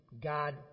God